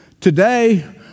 today